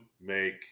make